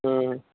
हाँ